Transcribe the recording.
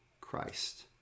Christ